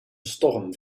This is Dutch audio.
storm